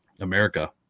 America